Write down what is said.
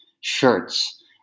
shirts